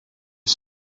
his